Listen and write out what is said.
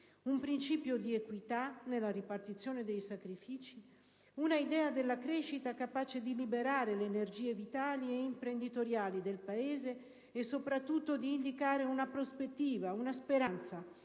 un principio di equità nella ripartizione dei sacrifici, un'idea della crescita capace di liberare le energie vitali e imprenditoriali del Paese e, soprattutto, di indicare una prospettiva, una speranza